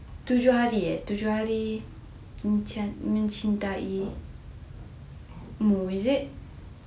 tujuh hari eh tujuh hari mencintai mu is it